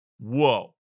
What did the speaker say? whoa